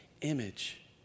image